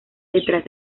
detrás